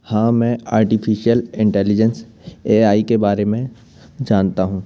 हाँ मैं artificial intelligence A I के बारे में जानता हूँ